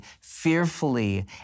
fearfully